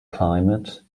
climate